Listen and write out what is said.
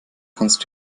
kannst